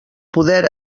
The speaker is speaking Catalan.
poder